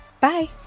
Bye